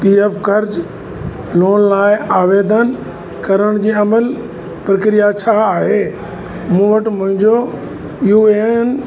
P F कर्ज़ु loan लाइ आवेदन करण जी अमल प्रक्रिया छा आहे मूं वटि मुंहिंजो यू ए एन